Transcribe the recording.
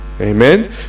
Amen